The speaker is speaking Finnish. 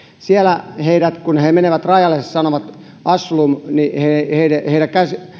siellä kun he he menevät rajalle ja sanovat asylum niin heidän